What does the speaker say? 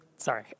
Sorry